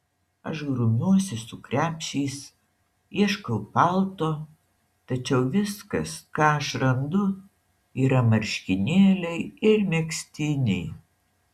aš grumiuosi su krepšiais ieškau palto tačiau viskas ką aš randu yra marškinėliai ir megztiniai